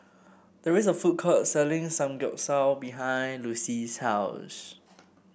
there is a food court selling Samgyeopsal behind Lucy's house